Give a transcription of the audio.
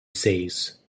seis